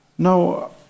Now